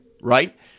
right